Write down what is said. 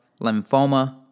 lymphoma